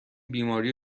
بیماری